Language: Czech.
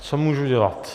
Co můžu dělat?